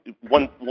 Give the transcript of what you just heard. one